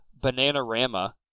Bananarama